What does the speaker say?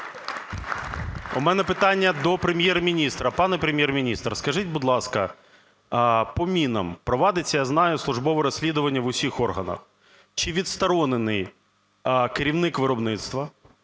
У мене питання до Прем'єр-міністра. Пане Прем'єр-міністр, скажіть, будь ласка, по мінах провадиться, я знаю, службове розслідування в усіх органах. Чи відсторонений керівник виробництва?